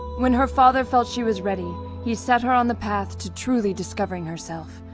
when her father felt she was ready, he set her on the path to truly discovering herself,